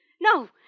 No